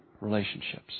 relationships